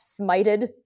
smited